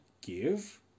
give